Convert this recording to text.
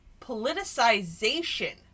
politicization